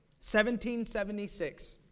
1776